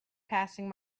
passing